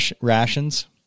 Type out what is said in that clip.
rations